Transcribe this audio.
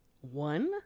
One